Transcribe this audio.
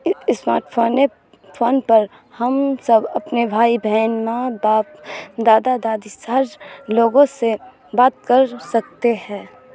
smart phone نے phone پر ہم سب اپنے بھائی بہن ماں باپ دادا دادی سرج لوگوں سے بات کر سکتے ہیں